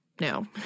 no